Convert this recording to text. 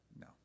no